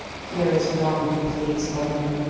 here is one who pleads for him.